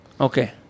Okay